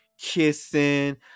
kissing